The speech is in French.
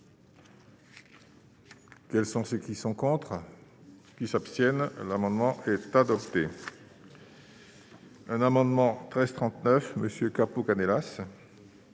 Quels sont ceux qui sont contre, qui s'abstiennent, l'amendement est adopté. Un amendement 13 39 Monsieur Capo Canellas.